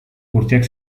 urteak